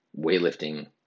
weightlifting